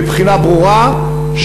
בבחינה ברורה,